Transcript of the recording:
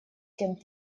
семь